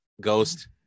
Ghost